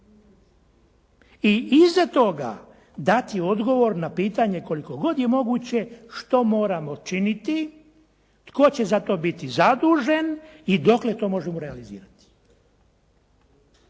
I izuzev toga, dati odgovor na pitanje koliko god je moguće, što moramo činiti, tko će za to biti zadužen i dokle to možemo realizirati.